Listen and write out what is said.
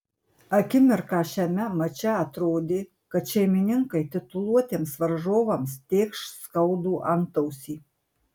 akimirką šiame mače atrodė kad šeimininkai tituluotiems varžovams tėkš skaudų antausį